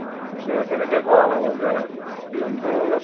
অঁ এতিয়া কেনেকৈ কৰা হ'ব লোন চোন